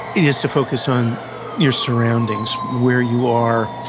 is to focus on your surroundings, where you are,